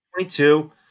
22